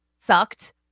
sucked